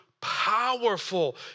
powerful